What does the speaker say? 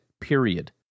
period